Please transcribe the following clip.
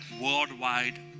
worldwide